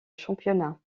championnat